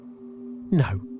No